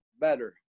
better